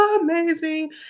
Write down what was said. amazing